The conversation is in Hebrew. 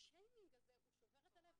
השיימינג הזה שובר את הלב.